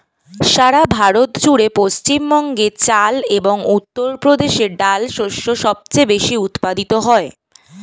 সারা ভারত জুড়ে পশ্চিমবঙ্গে চাল এবং উত্তরপ্রদেশে ডাল শস্য সবচেয়ে বেশী উৎপাদিত হয়